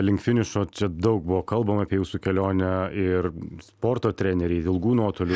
link finišo čia daug buvo kalbama apie jūsų kelionę ir sporto treneriai ilgų nuotolių